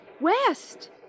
West